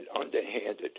underhanded